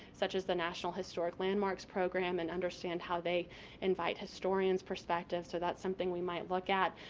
such as the national historic landmarks program and understand how they invite historians' perspectives, so that's something we might look at.